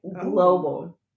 Global